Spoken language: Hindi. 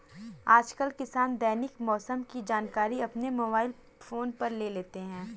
आजकल किसान दैनिक मौसम की जानकारी अपने मोबाइल फोन पर ले लेते हैं